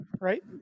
right